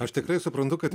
aš tikrai suprantu kad